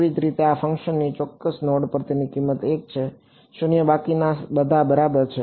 તેવી જ રીતે આ ફંકશનની ચોક્કસ નોડ પર તેની કિંમત 1 છે 0 બાકી બધા બરાબર છે